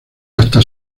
hasta